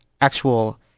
actual